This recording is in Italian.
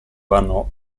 vanno